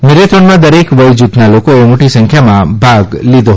મરેથોનમાં દરેક વય જૂથના લોકોએ મોટી સંખ્યામાં ભાગ લીધો